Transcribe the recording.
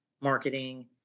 marketing